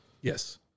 Yes